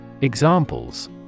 Examples